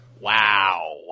wow